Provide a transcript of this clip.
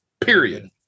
period